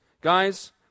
Guys